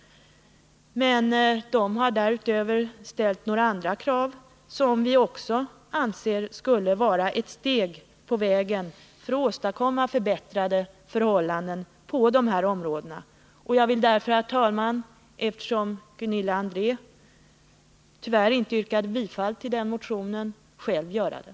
Men de har därutöver ställt några andra krav, vilkas genomförande vi också anser skulle vara ett steg på vägen för att åstadkomma förbättrade förhållanden på dessa områden. Eftersom Gunilla André tyvärr inte yrkade bifall till den motionen gör jag det.